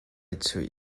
chuih